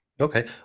Okay